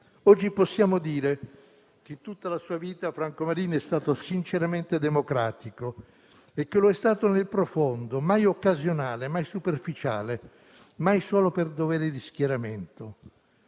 Oggi possiamo dire che, in tutta la sua vita, Franco Marini è stato sinceramente democratico e che lo è stato nel profondo, mai in modo occasionale o superficiale, mai solo per dovere di schieramento.